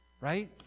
Right